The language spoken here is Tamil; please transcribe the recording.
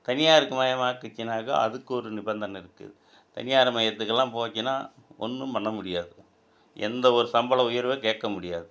தனியாருக்கு மயமாக்குச்சுன்னாக்கா அதுக்கு ஒரு நிபந்தனை இருக்குது தனியார் மையத்துக்கெல்லாம் போச்சுன்னா ஒன்றும் பண்ண முடியாது எந்த ஒரு சம்பள உயர்வே கேட்க முடியாது